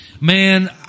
Man